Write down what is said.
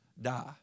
die